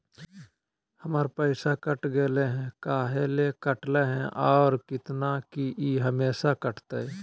हमर पैसा कट गेलै हैं, काहे ले काटले है और कितना, की ई हमेसा कटतय?